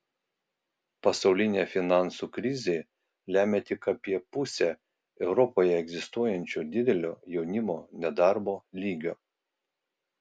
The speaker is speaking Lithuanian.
pasaulinė finansų krizė lemia tik apie pusę europoje egzistuojančio didelio jaunimo nedarbo lygio